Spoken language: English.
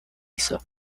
lisa